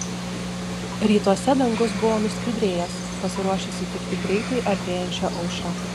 rytuose dangus buvo nuskaidrėjęs pasiruošęs sutikti greitai artėjančią aušrą